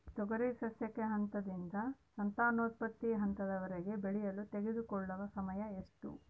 ತೊಗರಿ ಸಸ್ಯಕ ಹಂತದಿಂದ ಸಂತಾನೋತ್ಪತ್ತಿ ಹಂತದವರೆಗೆ ಬೆಳೆಯಲು ತೆಗೆದುಕೊಳ್ಳುವ ಸಮಯ ಎಷ್ಟು?